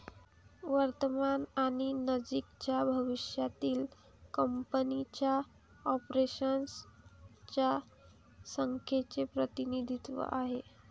वर्तमान आणि नजीकच्या भविष्यातील कंपनीच्या ऑपरेशन्स च्या संख्येचे प्रतिनिधित्व आहे